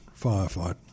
firefight